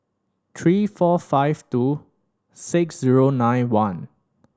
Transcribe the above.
three four five two six zero nine one